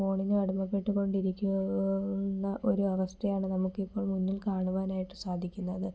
ഫോണിന് അടിമപ്പെട്ട് കൊണ്ടിരിക്കുന്ന ഒരു അവസ്ഥയാണ് നമുക്ക് ഇപ്പോൾ മുന്നിൽ കാണുവാനായിട്ട് സാധിക്കുന്നത്